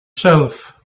shelf